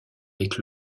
avec